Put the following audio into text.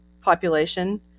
population